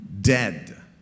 dead